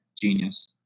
genius